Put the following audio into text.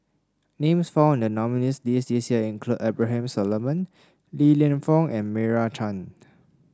names found in the nominees' list this year include Abraham Solomon Li Lienfung and Meira Chand